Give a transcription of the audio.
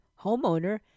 homeowner